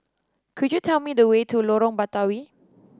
could you tell me the way to Lorong Batawi